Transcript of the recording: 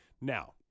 Now